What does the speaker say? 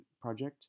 project